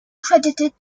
credited